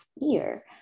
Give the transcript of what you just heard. year